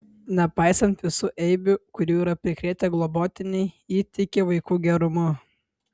nepaisant visų eibių kurių yra prikrėtę globotiniai ji tiki vaikų gerumu